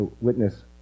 witness